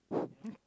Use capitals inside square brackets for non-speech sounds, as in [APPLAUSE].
[BREATH]